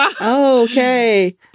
Okay